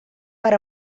per